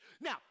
now